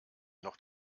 noch